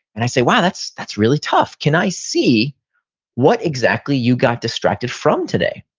and i say, wow. that's that's really tough. can i see what exactly you got distracted from today?